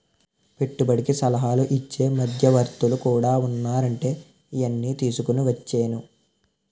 పెట్టుబడికి సలహాలు ఇచ్చే మధ్యవర్తులు కూడా ఉన్నారంటే ఈయన్ని తీసుకుని వచ్చేను